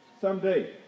someday